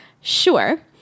sure